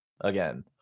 again